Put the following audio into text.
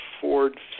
Ford